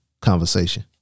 conversation